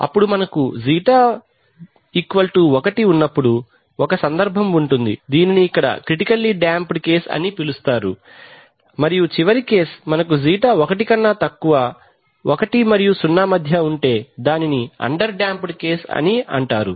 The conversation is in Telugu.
అప్పుడు మనకు ξ 1 ఉన్నప్పుడు ఒక సందర్భం ఉంటుంది దీనిని ఇక్కడ క్రిటికల్లీ డ్యాంప్డ్ కేస్ అని పిలుస్తారు మరియు చివరి కేస్ మనకు ξ ఒకటికన్నా తక్కువ 1 మరియు 0 మధ్య ఉంటే దానిని అండర్ డంప్డ్ కేస్ అంటారు